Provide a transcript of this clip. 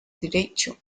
derecho